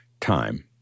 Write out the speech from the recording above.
time